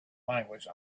language